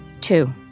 Two